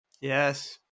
Yes